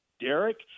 Derek